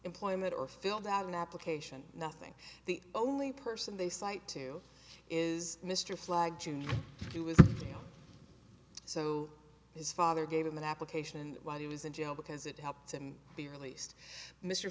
employment or filled out an application nothing the only person they cite to is mr flagg jr who is so his father gave him an application while he was in jail because it helped him be released mr